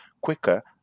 quicker